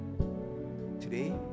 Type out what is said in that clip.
today